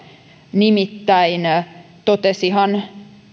nimittäin totesihan